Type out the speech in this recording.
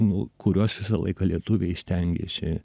nu kuriuos visą laiką lietuviai stengėsi